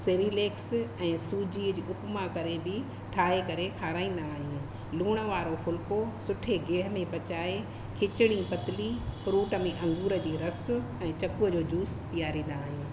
Cerelacs ऐं सूजीअ जो उपमा करे बि ठाहे करे खाराईंदा आहियूं लूणु वारो फुलिको सुठे गिह में पचाए खिचड़ी पतली फ्रूट में अंगूर जी रसु ऐं चकूंअ जो जूस पीआरींदा आहियूं